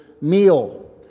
meal